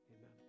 amen